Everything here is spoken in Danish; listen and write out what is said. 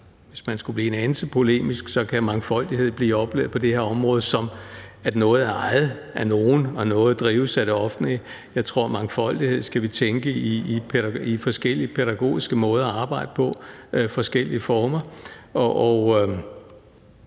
hvis man skulle blive en anelse polemisk, så kan mangfoldighed på det her område blive oplevet, som at noget er ejet af nogen og noget drives af det offentlige. Jeg tror, at hvad angår mangfoldighed, skal vi tænke i forskellige pædagogiske måder at arbejde på, forskellige former,